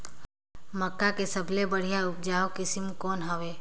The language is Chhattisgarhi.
मक्का के सबले बढ़िया उपजाऊ किसम कौन हवय?